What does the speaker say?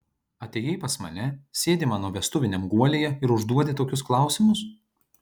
atėjai pas mane sėdi mano vestuviniam guolyje ir užduodi tokius klausimus